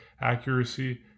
accuracy